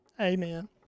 Amen